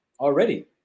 already